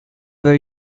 were